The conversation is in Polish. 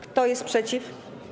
Kto jest przeciw?